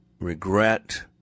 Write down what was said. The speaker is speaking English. regret